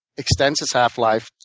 extends its half-life,